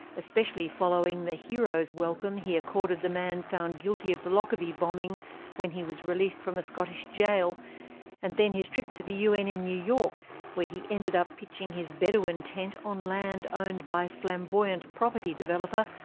especially following the hero's welcome he accorded the man found guilty of the lockerbie bombing when he was released from a scottish jail and then his trip to the un in new york where he ended up pitching his bedouin tent on land owned by flamboyant property developer,